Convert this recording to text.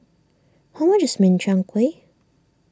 how much is Min Chiang Kueh